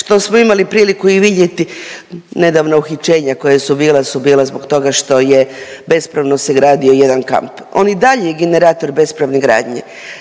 što smo imali i priliku vidjeti nedavno uhićenja koja su bila, su bila zbog toga što je bespravno sagradio jedan kamp. On je i dalje generator bespravne gradnje.